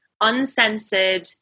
uncensored